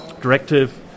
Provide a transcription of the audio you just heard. directive